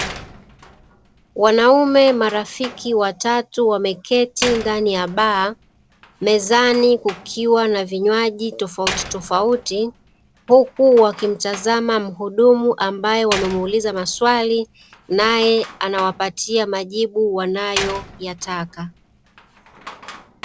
Wanaume marafiki watatu wameketi ndani ya baa, mezani kukiwa na vinywaji tofautitofauti, huku wakimtazama mhudumu ambaye wamemuuliza maswali, nae anawapatia majibu wanayoyataka.